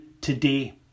today